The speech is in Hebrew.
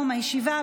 ובנייה),